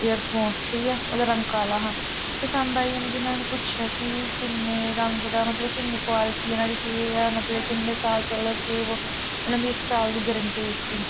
earphone ठीक ऐ ओह्दा रंग काला हा पसंद आई गेआ मिकी में उ'नें पुच्छेआ कि किन्ने रंग दा मतलब किन्नी कोआलटी ऐ न्हाड़ी केह् ऐ मतलब किन्ने साल चलग उ'नेंं मिकी इक साल दी गरंटी दित्ती